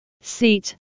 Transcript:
Seat